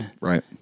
Right